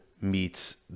meets